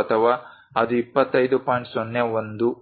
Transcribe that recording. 01